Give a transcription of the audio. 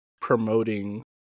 promoting